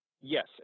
yes